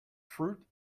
fruit